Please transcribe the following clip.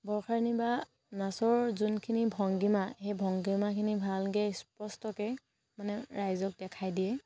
বৰষাৰণী বা নাচৰ যোনখিনি ভংগীমা সেই ভংগীমাখিনি ভালকৈ স্পষ্টকৈ মানে ৰাইজক দেখাই দিয়ে